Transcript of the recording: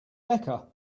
becca